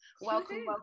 Welcome